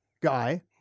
guy